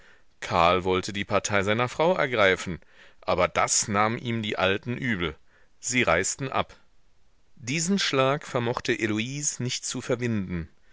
karl wollte die partei seiner frau ergreifen aber das nahmen ihm die alten übel sie reisten ab diesen schlag vermochte heloise nicht zu verwinden